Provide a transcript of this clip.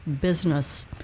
business